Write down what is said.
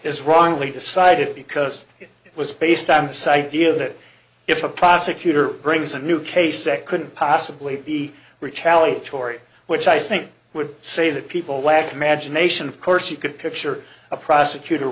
his wrongly decided because it was based on the site give that if a prosecutor brings a new case that couldn't possibly be retaliatory which i think would say that people lack imagination of course you could picture a prosecutor